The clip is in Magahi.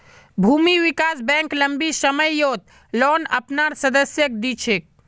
भूमि विकास बैंक लम्बी सम्ययोत लोन अपनार सदस्यक दी छेक